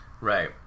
Right